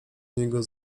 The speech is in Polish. niego